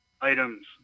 items